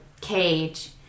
cage